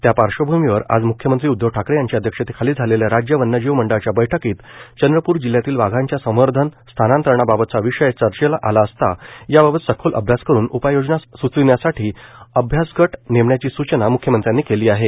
त्या पार्श्वभूमीवर आज म्ख्यमंत्री उद्वव ठाकरे यांच्या अध्यक्षतेखाली झालेल्या राज्य वन्यजीव मंडळाच्या बैठकीत चंद्रपूर जिल्ह्यातील वाघांच्या संवर्धन स्थानांतरणाबाबतचा विषय चर्चेला आला असता याबाबत सखोल अभ्यास करून उपाययोजना स्चविण्यासाठी अभ्यासगट नेमण्याची स्चना म्ख्यमंत्र्यांनी केली होती